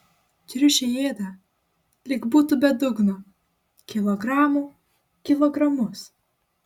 triušiai ėda lyg būtų be dugno kilogramų kilogramus